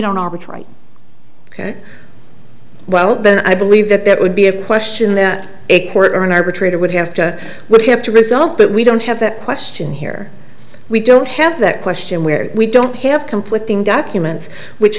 don't arbitrate ok well then i believe that that would be a question that a court or an arbitrator would have to would have to result but we don't have that question here we don't have that question where we don't have conflicting documents which